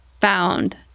found